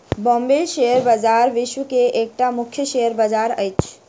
Bombay share बजार विश्व के एकटा मुख्य शेयर बजार अछि